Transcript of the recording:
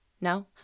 No